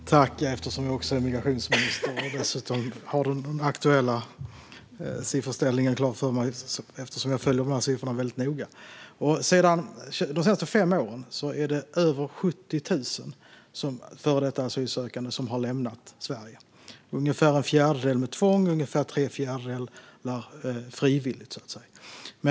Fru talman! Jag svarar på frågan eftersom jag också är migrationsminister och har den aktuella sifferställningen klar för mig. Jag följer de här siffrorna väldigt noga. De senaste fem åren är det över 70 000 före detta asylsökande som har lämnat Sverige, ungefär en fjärdedel med tvång och ungefär tre fjärdedelar frivilligt.